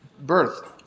birth